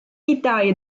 iddiayı